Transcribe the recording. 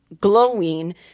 glowing